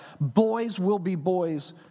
boys-will-be-boys